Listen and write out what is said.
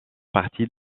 partie